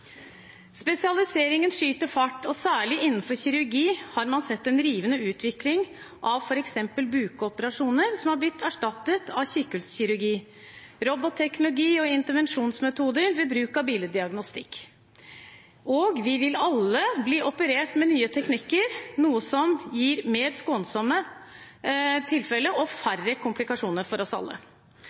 Spesialiseringen skyter fart, og særlig innenfor kirurgi har man sett en rivende utvikling av f.eks. åpne bukoperasjoner som er blitt erstattet av kikkhullskirurgi, robotteknologi og intervensjonsmetoder ved bruk av billeddiagnostikk. Vi vil alle bli operert med nye teknikker, noe som gir mer skånsomme tilfeller og færre komplikasjoner for oss alle.